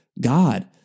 God